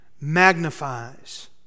magnifies